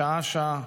שעה-שעה.